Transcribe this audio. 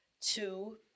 two